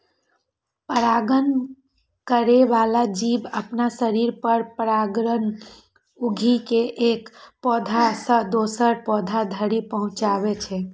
परागण करै बला जीव अपना शरीर पर परागकण उघि के एक पौधा सं दोसर पौधा धरि पहुंचाबै छै